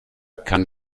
kann